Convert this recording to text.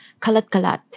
kalat-kalat